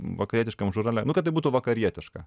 vakarietiškam žurnale nu kad tai būtų vakarietiška